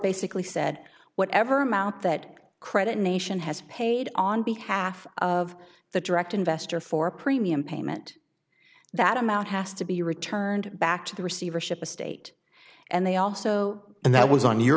basically said whatever amount that credit nation has paid on behalf of the direct investor for a premium payment that amount has to be returned back to the receivership estate and they also and that was on your